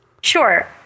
sure